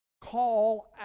call